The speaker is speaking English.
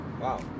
wow